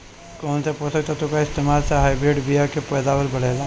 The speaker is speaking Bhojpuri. कौन से पोषक तत्व के इस्तेमाल से हाइब्रिड बीया के पैदावार बढ़ेला?